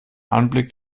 anblick